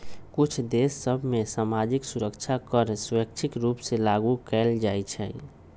कुछ देश सभ में सामाजिक सुरक्षा कर स्वैच्छिक रूप से लागू कएल जाइ छइ